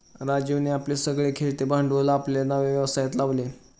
राजीवने आपले सगळे खेळते भांडवल आपल्या नव्या व्यवसायात लावले